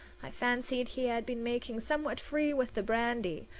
i fancied he had been making somewhat free with the brandy.